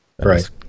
Right